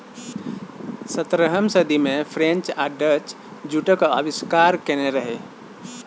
सतरहम सदी मे फ्रेंच आ डच जुटक आविष्कार केने रहय